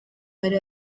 hari